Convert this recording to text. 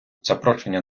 запрошення